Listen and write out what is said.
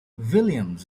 williams